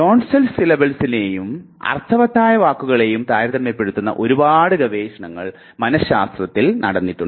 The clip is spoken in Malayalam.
നോൺസെൻസ് സിലബിൾസിനെയും അർത്ഥവത്തായ വാക്കുകളെളെയും താരതമ്യപ്പെടുത്തുന്ന ഒരുപാട് ഗവേഷണങ്ങൾ മനഃശാസ്ത്രത്തിൽ നടക്കുന്നുണ്ട്